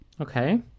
Okay